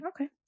Okay